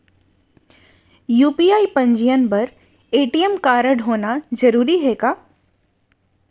UPI पंजीयन बर ATM कारडहोना जरूरी हे का?